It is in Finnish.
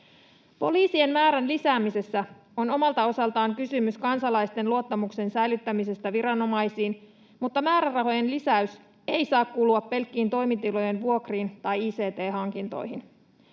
Poliisien määrän lisäämisessä on omalta osaltaan kysymys kansalaisten luottamuksen säilyttämisestä viranomaisiin, mutta määrärahojen lisäys ei saa kulua pelkkiin toimitilojen vuokriin tai ict-hankintoihin.